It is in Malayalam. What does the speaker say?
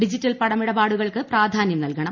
ഡിജിറ്റൽ പണമിടപാടുകൾക്ക് പ്രാധാന്യം നൽകണം